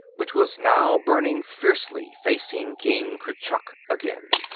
which was now burning fiercely facing king kurchuk again.